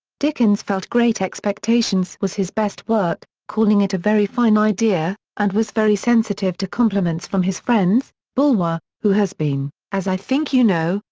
dickens felt great expectations was his best work, calling it a very fine idea, and was very sensitive to compliments from his friends bulwer, who has been, as i think you know,